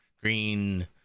green